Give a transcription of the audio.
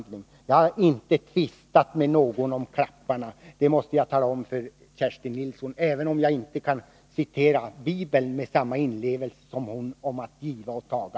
149 Jag har inte tvistat med någon om klapparna — det måste jag säga till Kerstin Nilsson, även om jag inte kan citera Bibeln med samma inlevelse som hon om att giva och taga.